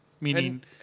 meaning